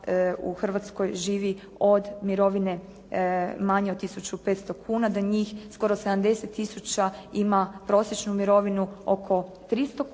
u Hrvatskoj živi od mirovine manje od 1.500,00 kuna, da njih skoro 70 tisuća ima prosječnu mirovinu oko 300,00 kuna,